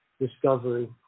discovery